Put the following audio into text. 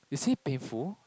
is it painful